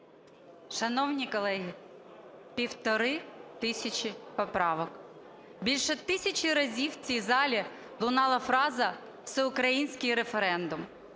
Шановні колеги, 1,5 тисячі поправок, більше тисячі разів в цій залі лунала фраза "всеукраїнський референдум".